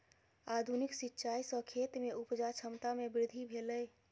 आधुनिक सिचाई सॅ खेत में उपजा क्षमता में वृद्धि भेलै